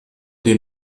den